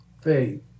faith